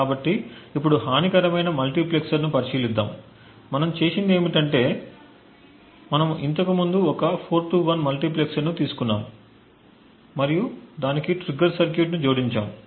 కాబట్టి ఇప్పుడు హానికరమైన మల్టీప్లెక్సర్ను పరిశీలిద్దాం మనం చేసినది ఏమిటంటే మనము ఇంతకు ముందు ఒక 4 to 1 మల్టీప్లెక్సర్ను తీసుకున్నాము మరియు దానికి ట్రిగ్గర్ సర్క్యూట్ను జోడించాము